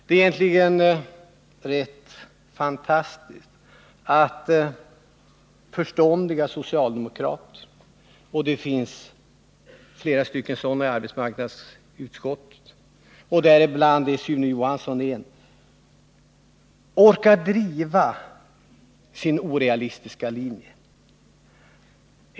Det är egentligen rätt fantastiskt att förståndiga socialdemokrater — och det finns flera sådana i arbetsmarknadsutskottet, av vilka Sune Johansson är en — orkar driva sin orealistiska linje.